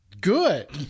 good